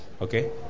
Okay